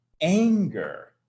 anger